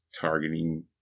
targeting